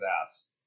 ass